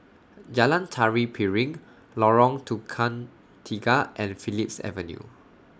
Jalan Tari Piring Lorong Tukang Tiga and Phillips Avenue